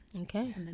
Okay